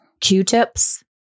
Q-tips